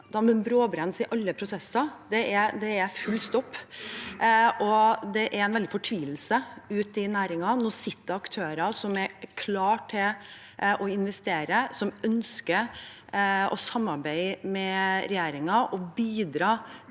bråbrems i alle prosesser, det er full stopp. Det er en veldig fortvilelse i næringen. Nå er det aktører som er klare til å investere, som ønsker å samarbeide med regjeringen og bidra til